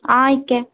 हां इक्कै